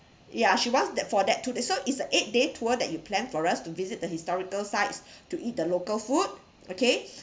ya she wants that for that two day so it's a eight day tour that you plan for us to visit the historical sites to eat the local food okay